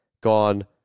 gone